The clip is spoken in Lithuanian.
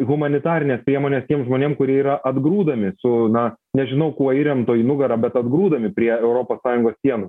humanitarines priemones tiem žmonėm kurie yra atgrūdami su na nežinau kuo įremto į nugarą bet atgrūdami prie europos sąjungos sienų